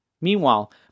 Meanwhile